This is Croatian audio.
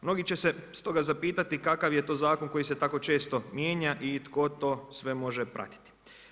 Mnogi će se stoga zapitati kakav je to zakon koji se tako često mijenja i tko to sve može pratiti.